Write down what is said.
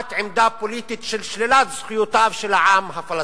הבעת עמדה פוליטית של שלילת זכויותיו של העם הפלסטיני.